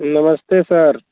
नमस्ते सर